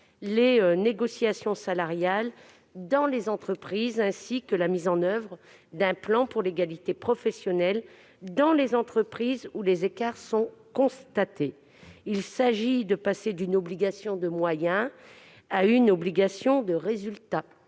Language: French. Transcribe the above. telle négociation dans les entreprises, ainsi que la mise en oeuvre d'un plan pour l'égalité professionnelle dans les entreprises où des écarts sont constatés. Il s'agit de passer d'une obligation de moyen à une obligation de résultat.